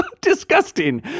disgusting